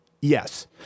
Yes